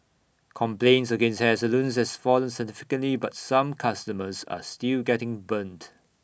complaints against hair salons has fallen significantly but some customers are still getting burnt